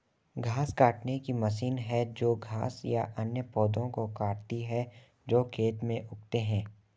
घास काटने की मशीन है जो घास या अन्य पौधों को काटती है जो खेत में उगते हैं